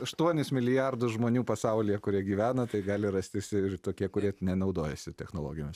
aštuonis milijardus žmonių pasaulyje kurie gyvena tai gali rastis ir tokie kurie naudojasi technologijomis